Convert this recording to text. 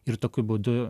ir tokiu būdu